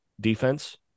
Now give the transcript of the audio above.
defense